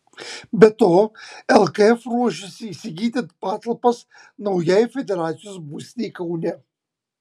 be to lkf ruošiasi įsigyti patalpas naujai federacijos būstinei kaune